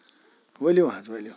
ؤلو حظ ؤلو